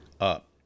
up